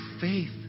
faith